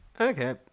Okay